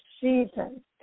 season